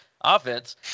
offense